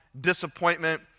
disappointment